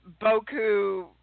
Boku